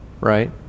Right